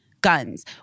guns